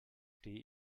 stehe